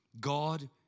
God